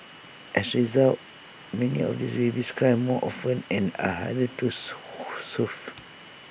as A result many of these babies cry more often and are little soothe